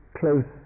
close